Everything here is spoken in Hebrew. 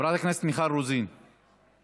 חברת הכנסת מיכל רוזין, איננה.